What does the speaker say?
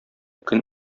көн